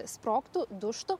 sprogtų dūžtų